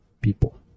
people